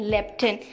Leptin